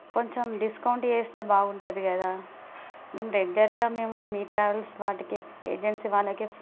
కొంచెం డిస్కౌంట్ చేస్తే బాగుంటుంది కదా మేము రెగ్యులర్గా మేము మీ ట్రావెల్స్ వాటికి ఏజెన్సీ వాళ్ళకి